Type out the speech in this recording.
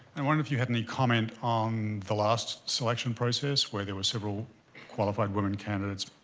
i wondered if you have any comment on the last selection process where there were several qualified women candidates.